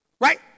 Right